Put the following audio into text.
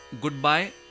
goodbye